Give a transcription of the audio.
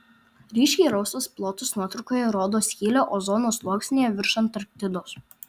ryškiai rausvas plotas nuotraukoje rodo skylę ozono sluoksnyje virš antarktidos